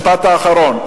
משפט אחרון,